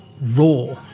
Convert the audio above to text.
Raw